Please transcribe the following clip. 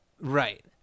Right